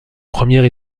première